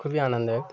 খুবই আনন্দ হয়